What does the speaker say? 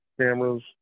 Cameras